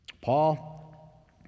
paul